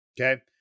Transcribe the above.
okay